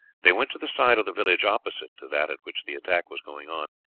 they went to the side of the village opposite to that at which the attack was going on.